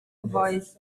voice